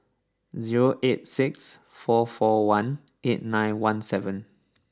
zero eight six four four one eight nine one seven